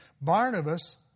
Barnabas